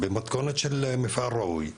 במתכונת של מפעל ראוי,